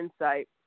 insight